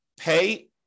pay